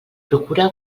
procura